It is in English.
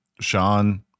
Sean